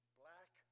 black